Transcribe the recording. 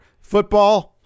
football